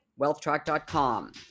WealthTrack.com